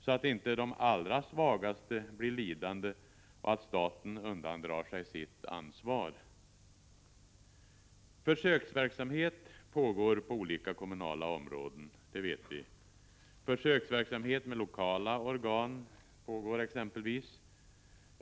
så att inte de allra svagaste blir lidande och att staten undandrar sig sitt ansvar. Försöksverksamhet pågår på olika kommunala områden, t.ex. försöksverksamhet med lokala organ.